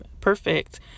perfect